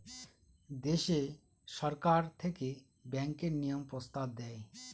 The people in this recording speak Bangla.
দেশে সরকার থেকে ব্যাঙ্কের নিয়ম প্রস্তাব দেয়